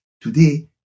Today